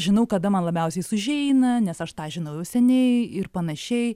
žinau kada man labiausiai jis užeina nes aš tą žinau jau seniai ir panašiai